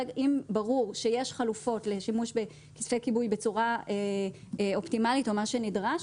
אם ברור שיש חלופות לשימוש בקצפי כיבוי בצורה אופטימלית או מה שנדרש,